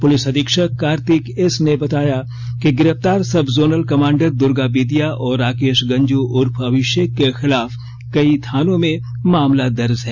police अधीक्षक Kartik S ने बताया कि गिरफ्तार sub zonal commander Durga Bedia और राकेश गंझू उर्फ अभिषेक के खिलाफ कई थानों में मामला दर्ज है